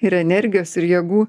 ir energijos ir jėgų